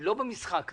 לא במשחק הזה.